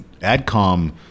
AdCom